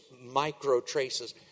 micro-traces